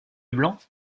leblanc